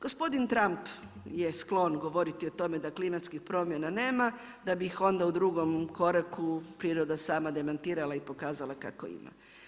Gospodin Trump je sklon govoriti o tome da klimatskih primjena nema da bi ih onda u drugom koraku priroda sama demantirala i pokazala kako ima.